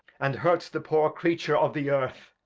and hurts the poor creature of the earth.